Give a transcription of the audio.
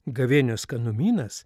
gavėnios skanumynas